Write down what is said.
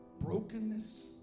brokenness